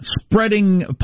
Spreading